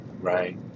right